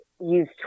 use